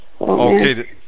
Okay